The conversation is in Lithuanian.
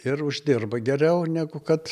ir uždirba geriau negu kad